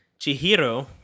Chihiro